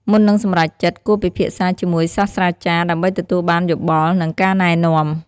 មុននឹងសម្រេចចិត្ត គួរពិភាក្សាជាមួយសាស្រ្តាចារ្យដើម្បីទទួលបានយោបល់ និងការណែនាំ។